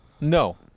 no